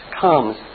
comes